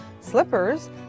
slippers